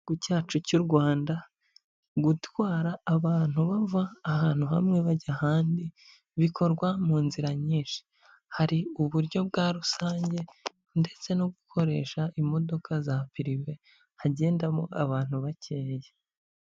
Igihugu cyacu cy'u Rwanda, gutwara abantu bava ahantu hamwe bajya ahandi bikorwa mu nzira nyinshi. hari uburyo bwa rusange ndetse no gukoresha imodoka za pirive hagendamo abantu bakeya.